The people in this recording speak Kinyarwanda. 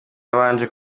yabanje